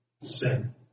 sin